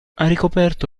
ricoperto